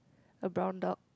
a brown dog